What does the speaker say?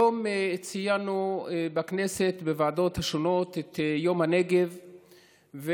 היום ציינו בכנסת, בוועדות השונות, את יום הנגב,